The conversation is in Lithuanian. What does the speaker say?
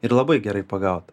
ir labai gerai pagaut